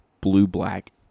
blue-black